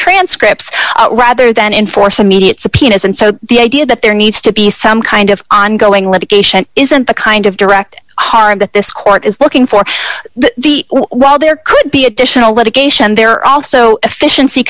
transcripts rather than enforce immediate subpoenas and so the idea that there needs to be some kind of ongoing litigation isn't the kind of direct harm that this court is looking for the while there could be additional litigation there are also efficiency